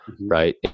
right